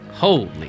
Holy